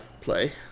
play